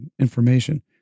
information